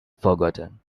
forgotten